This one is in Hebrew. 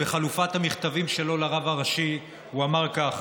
בחלופת המכתבים שלו עם הרב הראשי הוא אמר כך,